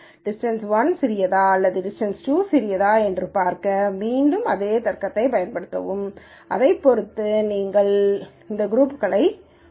distance 1 சிறியதா அல்லது distance 2 சிறியதா என்பதைப் பார்க்க மீண்டும் அதே தர்க்கத்தைப் பயன்படுத்தவும் அதைப் பொறுத்து நீங்கள் இந்த குரூப்ஸ் களை ஒதுக்குகிறீர்கள்